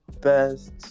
best